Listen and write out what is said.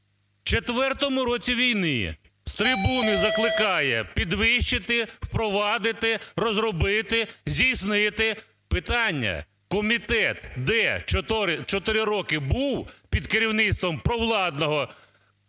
четвертому році війни з трибуни закликає підвищити, впровадити, розробити, здійснити. Питання: комітет де 4 роки був під керівництвом провладного депутата,